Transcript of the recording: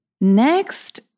Next